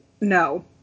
no